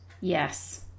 Yes